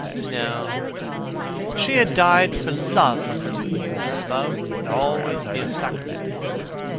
no she had died for love of him, and love would always be a sacrament to him now.